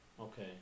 Okay